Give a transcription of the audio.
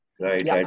Right